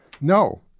No